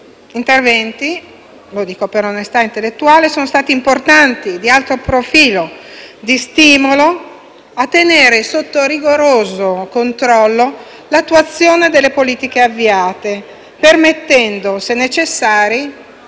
interventi - lo dico per onestà intellettuale - sono stati importanti, di alto profilo e di stimolo a tenere sotto rigoroso controllo l'attuazione delle politiche avviate, permettendo, se necessari,